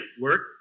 work